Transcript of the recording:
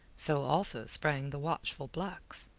so also sprang the watchful blacks.